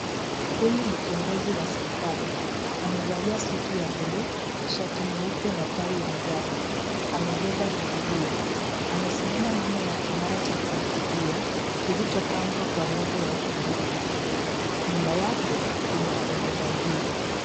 Huyu ni kiongozi wa serikali. Amevalia suti ya bulu, shati nyeupe na tai ya njano. Amebeba bibilia, amesimama nyuma ya kinara cha kuhutubia kilicho pambwa kwa nimbo ya jamhuri ya Kenya. Nyuma yake kuna bendera mbili.